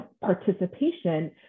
participation